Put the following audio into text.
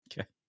okay